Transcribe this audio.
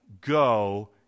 go